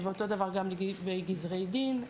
אותו הדבר גם בגזרי דין.